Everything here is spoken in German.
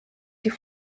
die